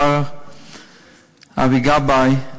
אדוני השר אבי גבאי,